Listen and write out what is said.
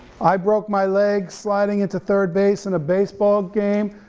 i broke my leg sliding into third base in a baseball game,